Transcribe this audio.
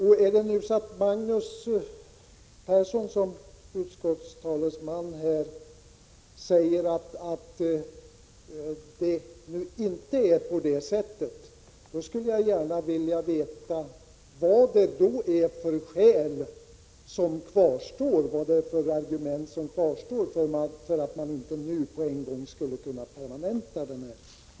Om Magnus Persson som utskottstalesman nu säger att det inte förhåller sig så, skulle jag gärna vilja veta vad det då är för skäl som kvarstår och vilka argument man har för att inte redan nu permanenta denna lagstiftning.